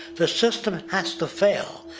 the system has to fail,